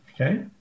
Okay